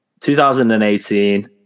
2018